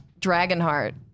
Dragonheart